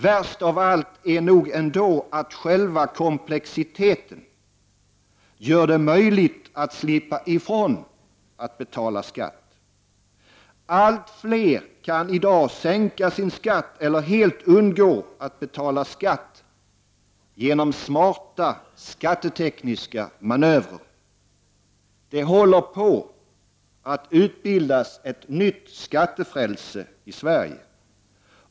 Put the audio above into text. Värst av allt är nog ändå att själva komplexiteten gör det möjligt att slippa ifrån att betala skatt. Allt fler kan i dag sänka sin skatt eller helt undgå att betala skatt genom smarta skattetekniska manövrer. Det håller på att bildas ett nytt skattefrälse i Sverige.